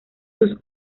sus